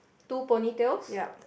two ponytails